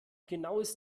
genaues